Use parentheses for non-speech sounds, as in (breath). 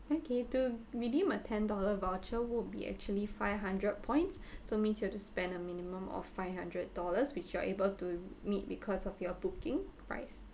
okay to redeem a ten dollar voucher would be actually five hundred points (breath) so means you have to spend a minimum of five hundred dollars which you are able to meet because of your booking price